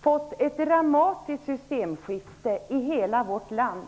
fått ett dramatiskt systemskifte i hela vårt land.